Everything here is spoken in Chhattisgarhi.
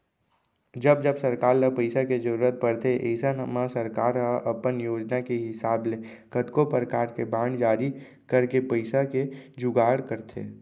जब जब सरकार ल पइसा के जरूरत परथे अइसन म सरकार ह अपन योजना के हिसाब ले कतको परकार के बांड जारी करके पइसा के जुगाड़ करथे